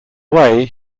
way